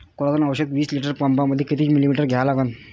Coragen औषध विस litre पंपामंदी किती मिलीमिटर घ्या लागन?